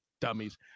Dummies